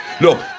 Look